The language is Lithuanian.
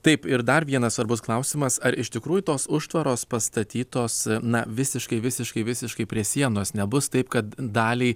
taip ir dar vienas svarbus klausimas ar iš tikrųjų tos užtvaros pastatytos na visiškai visiškai visiškai prie sienos nebus taip kad daliai